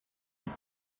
gibt